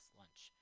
lunch